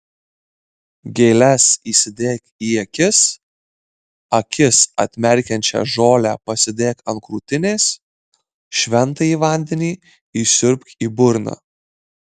gėles įsidėk į akis akis atmerkiančią žolę pasidėk ant krūtinės šventąjį vandenį įsiurbk į burną